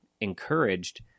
encouraged